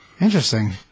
Interesting